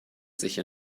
sicher